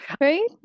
right